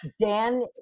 Dan